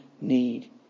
need